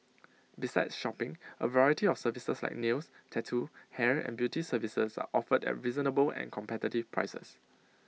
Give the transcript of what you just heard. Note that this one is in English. besides shopping A variety of services like nails tattoo hair and beauty services are offered at reasonable and competitive prices